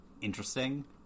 interesting